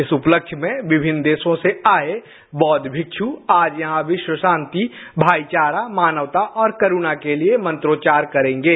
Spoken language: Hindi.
इस उपल्ह्य में विभिन्न देशों से आये बौद्व भिसू आज यहां विश्व शांति भाईचारा मानवता और करुणा के लिए मंत्रोच्चार करेंगे